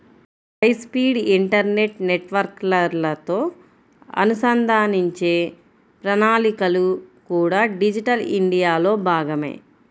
high speed internet నెట్వర్క్లతో అనుసంధానించే ప్రణాళికలు కూడా డిజిటల్ ఇండియాలో భాగమే